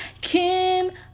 Kim